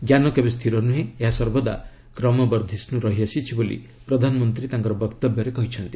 ଜ୍ଞାନ କେବେ ସ୍ଥିର ନୁହେଁ ଏହା ସର୍ବଦା କ୍ରମବର୍ଦ୍ଧିଷ୍ଟୁ ରହିଆସିଛି ବୋଲି ପ୍ରଧାନମନ୍ତ୍ରୀ କହିଛନ୍ତି